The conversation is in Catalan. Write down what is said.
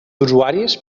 usuaris